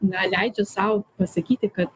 na leidžia sau pasakyti kad